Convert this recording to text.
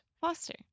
Foster